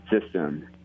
system